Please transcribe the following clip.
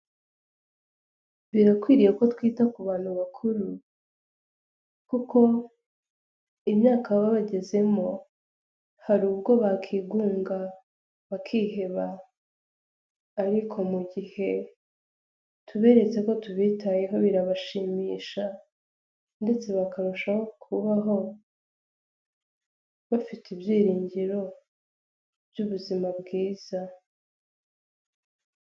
Birakwiriye ko twita ku bantu bakuru kuko imyaka baba bagezemo hari ubwo bakwigunga, bakiheba ariko mu gihe tuberetse ko tubitayeho birabashimisha ndetse bakarushaho kubaho bafite ibyiringiro by'ubuzima bwiza.